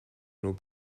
nur